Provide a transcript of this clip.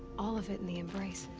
all of it in the embrace.